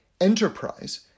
enterprise